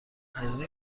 هزینه